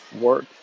work